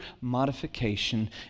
modification